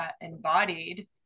embodied